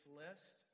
list